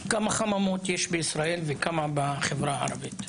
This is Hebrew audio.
כמה חממות יש בישראל וכמה בחברה הערבית?